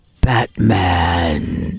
Batman